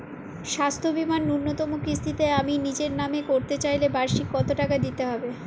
স্বাস্থ্য বীমার ন্যুনতম কিস্তিতে আমি নিজের নামে করতে চাইলে বার্ষিক কত টাকা দিতে হবে?